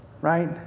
right